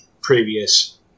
previous